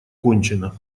кончено